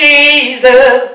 Jesus